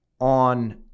on